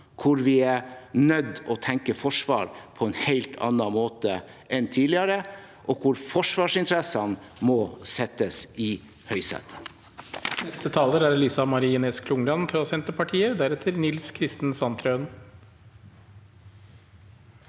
der vi er nødt til å tenke forsvar på en helt annen måte enn tidligere, og der forsvarsinteressene må settes i høysetet.